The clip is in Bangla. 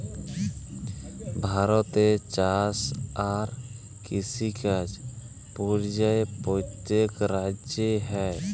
ভারতে চাষ আর কিষিকাজ পর্যায়ে প্যত্তেক রাজ্যে হ্যয়